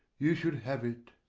you should have it.